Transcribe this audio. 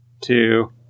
two